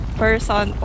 person